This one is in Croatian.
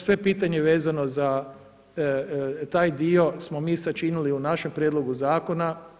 Sva pitanja vezana za taj dio smo mi sačinili u našem Prijedlog zakona.